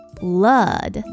blood